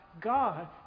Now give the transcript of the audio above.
God